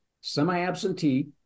Semi-absentee